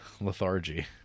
lethargy